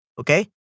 Okay